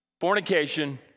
fornication